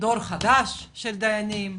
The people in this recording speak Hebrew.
דור חדש של דיינים.